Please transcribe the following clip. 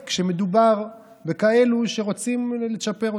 מתעוותים כשמדובר בכאלה שרוצים לצ'פר אותם.